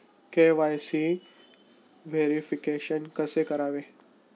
KYC verification कसे करावे?